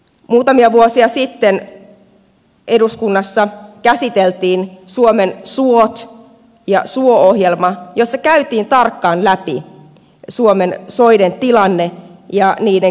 muutamia vuosia sitten eduskunnassa käsiteltiin suomet suot ja suo ohjelma jossa käytiin tarkkaan läpi suomen soiden tilanne ja niiden käyttötarkoitus